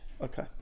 Okay